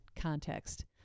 context